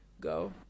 go